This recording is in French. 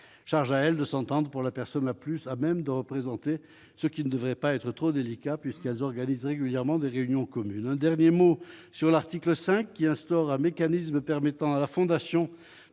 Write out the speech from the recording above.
charge à elle de s'entendre pour la personne la plus à même de représenter ce qui ne devrait pas être trop délicat puisqu'elles organisent régulièrement des réunions communes, un dernier mot sur l'article 5 qui instaure un mécanisme permettant à la fondation